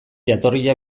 jatorria